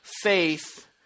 faith